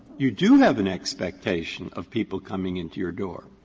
you do have an expectation of people coming into your door,